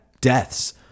deaths